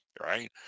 Right